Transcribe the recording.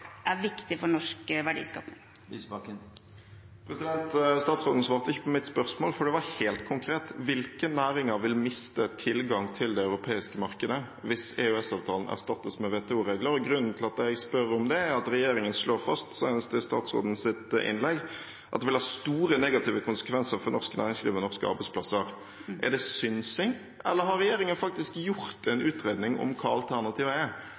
er viktig for norsk verdiskaping. Statsråden svarte ikke på mitt spørsmål, for det var helt konkret: Hvilke næringer vil miste tilgang til det europeiske markedet hvis EØS-avtalen erstattes med WTO-regler? Grunnen til at jeg spør om det, er at regjeringen slår fast, senest i statsrådens innlegg, at det vil ha store negative konsekvenser for norsk næringsliv og norske arbeidsplasser. Er det synsing, eller har regjeringen faktisk gjort en utredning om hva som er